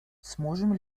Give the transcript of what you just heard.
сможем